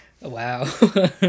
Wow